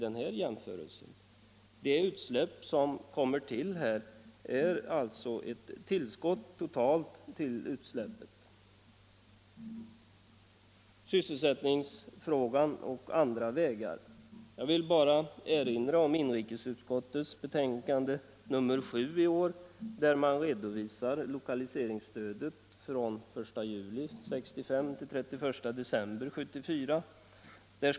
De utsläpp som kommer till här är alltså ett tillskott till de totala utsläppen. Då det gäller sysselsättningsfrågan och andra vägar att lösa den vill jag bara erinra om inrikesutskottets betänkande nr 7 i år, där man redovisar lokaliseringsstödet från den 1 juli 1965 till den 31 december 1974.